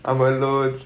他们都